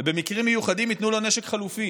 ובמקרים מיוחדים ייתנו לו נשק חלופי